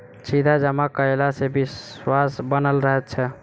सीधा जमा कयला सॅ विश्वास बनल रहैत छै